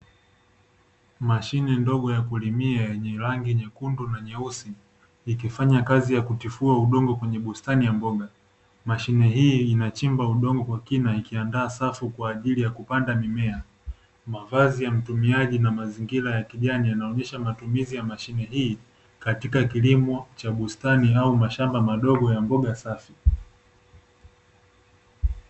Mashine ndogo ya kulimia yenye rangi nyekundu na nyeusi, ikifanya kazi ya kutifua udongo kwenye bustani ya mboga. Mashine hii inachimba udongo kwa kina ikiandaa safu kwa ajili ya kupanda mimea. Mavazi ya mtumiaji na mazingira ya kijani yanaonyesha matumizi ya mashine hii, katika kilimo cha bustani au mashamba madogo ya mboga safi.